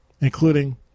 including